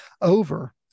Over